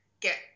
get